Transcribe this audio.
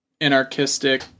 anarchistic